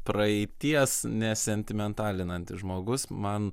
praeities nesentimentalinantis žmogus man